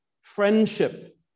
Friendship